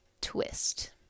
twist